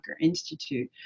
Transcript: Institute